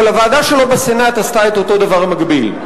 אבל הוועדה שלו בסנאט עשתה את אותו דבר במקביל.